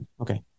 Okay